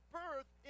birth